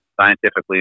scientifically